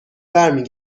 برمی